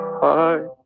heart